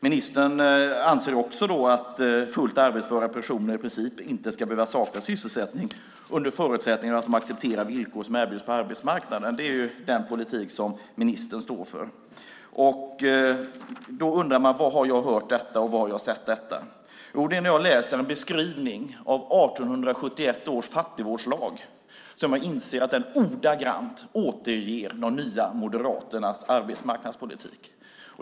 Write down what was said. Ministern anser också att fullt arbetsföra personer i princip inte ska behöva sakna sysselsättning under förutsättning att de accepterar de villkor som erbjuds på arbetsmarknaden. Det är den politik som ministern står för. Då undrar man: Var har jag hört detta, och var har jag sett detta? Jo, det är när jag läser en beskrivning av 1871 års fattigvårdslag som jag inser att den ordagrant återger de nya moderaternas arbetsmarknadspolitik.